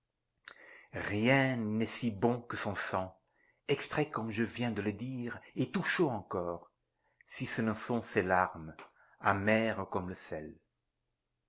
rien n'est si bon que son sang extrait comme je viens de le dire et tout chaud encore si ce ne sont ses larmes amères comme le sel